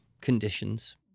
conditions